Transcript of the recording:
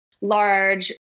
large